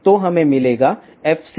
तो हमें मिलेगा fcf223